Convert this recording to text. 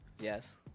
Yes